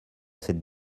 cette